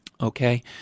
Okay